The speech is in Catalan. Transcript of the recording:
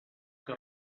que